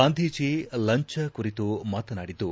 ಗಾಂಧೀಜಿ ಲಂಚ ಕುರಿತು ಮಾತನಾಡಿದ್ದು